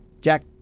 Jack